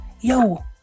Yo